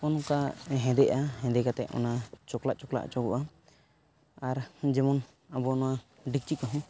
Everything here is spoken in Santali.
ᱚᱱᱠᱟ ᱦᱮᱸᱫᱮᱜᱼᱟ ᱦᱮᱸᱫᱮ ᱠᱟᱛᱮᱜ ᱚᱱᱟ ᱪᱚᱠᱞᱟᱜ ᱪᱚᱠᱞᱟᱜ ᱚᱪᱚᱜᱚᱜᱼᱟ ᱟᱨ ᱡᱮᱢᱚᱱ ᱟᱵᱚ ᱱᱚᱣᱟ ᱰᱤᱠᱪᱤ ᱠᱚᱦᱚᱸ